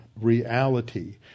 reality